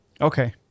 Okay